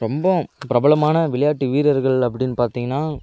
ரொம்பவும் பிரபலமான விளையாட்டு வீரர்கள் அப்படின்னு பார்த்திங்கன்னா